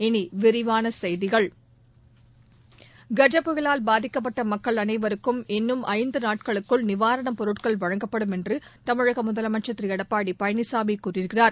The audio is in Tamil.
இனி விரிவான செய்திகள் கஜ புயலால் பாதிக்கப்பட்ட மக்கள் அனைவருக்கும் இன்னும் ஐந்து நாட்களுக்குள் நிவாரணப் பொருட்கள் வழங்கப்படும் என்று தமிழக முதலமைச்சள் திரு எடப்பாடி பழனிசாமி கூறியிருக்கிறார்